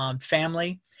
family